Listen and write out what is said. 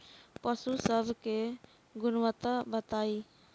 पशु सब के गुणवत्ता बताई?